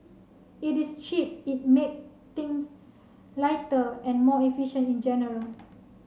it is cheap it make things lighter and more efficient in general